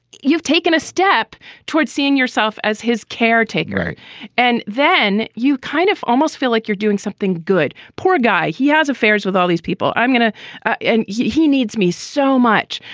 you've taken a step toward seeing yourself as his caretaker and then you kind of almost feel like you're doing something good. poor guy. he has affairs with all these people. i'm gonna need and you. he needs me so much.